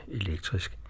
elektrisk